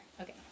Okay